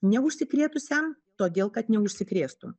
neužsikrėtusiam todėl kad neužsikrėstum